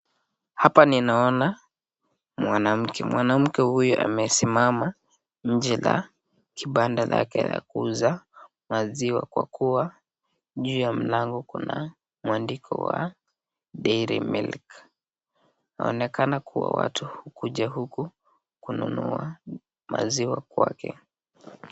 Hapa ninaona mwanamke, mwanamke huyu amesimama nje la kibanda yake ya kuuza maziwa kwa kuwa juu ya mlango kuna mwamndiko wa Dairy Milk ,inaonekana kuwa watu hukuja huku kununua maziwa kwake.